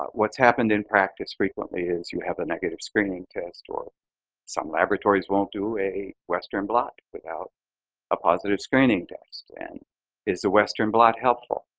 what's happened in practice frequently is you have a negative screening test or some laboratories won't do a western blot without a positive screening test. and is the western blot helpful?